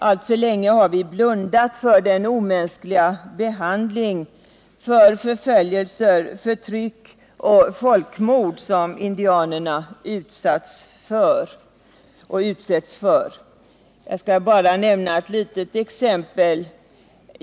Alltför länge har vi blundat för den omänskliga behandling, för förföljelser, förtryck och folkmord som indianerna utsatts för och utsätts för. Jag skall bara nämna ett exempel.